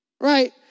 right